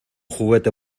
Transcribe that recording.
juguete